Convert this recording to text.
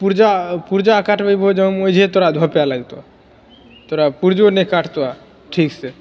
पुर्जा पुर्जा काटबैमे ओइजा ओइजहे तोरा धक्का लगतऽ तोरा पुर्जो नहि काटतऽ आ ठीक से